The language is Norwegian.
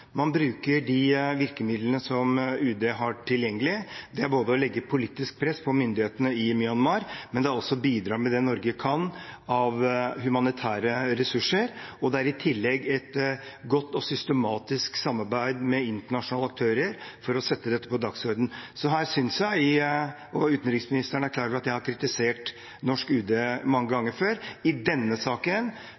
Man bruker de virkemidlene som UD har tilgjengelig. Det er både å legge politisk press på myndighetene i Myanmar og å bidra med det Norge kan av humanitære ressurser. Det er i tillegg et godt og systematisk samarbeid med internasjonale aktører for å sette dette på dagsordenen. Utenriksministeren er klar over at jeg har kritisert norsk UD mange